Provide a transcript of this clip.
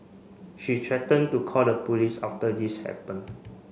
she threatened to call the police after this happened